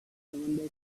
commander